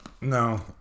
No